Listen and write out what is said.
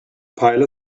pile